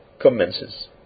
commences